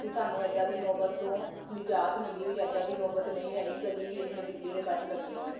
ਕਿ ਸਾਨੂੰ ਇੱਦਾਂ ਦੀ ਨੌਬਤ ਤੋਂ ਨਿਜਾਤ ਮਿਲੀ ਹੋਈ ਇੱਦਾਂ ਦੀ ਨੌਬਤ ਨਹੀਂ ਆਈ ਕਦੀ ਇੰਨੇ ਬਿਜਲੀ ਦੇ ਕੱਟ ਲੱਗੇ ਹੋਣ